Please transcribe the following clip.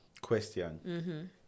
Question